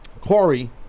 Corey